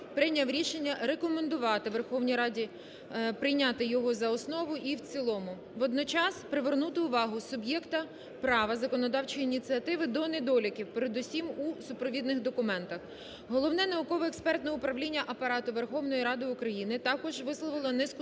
прийняв рішення рекомендувати Верховній Раді прийняти його за основу і в цілому. Водночас привернути увагу суб'єкта права законодавчої ініціативи до недоліків, передусім у супровідних документах. Головне науково-експертне управління Апарату Верховної Ради України також висловило низку